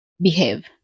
behave